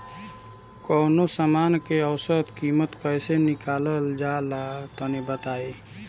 कवनो समान के औसत कीमत कैसे निकालल जा ला तनी बताई?